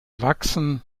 wachsen